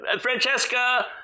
Francesca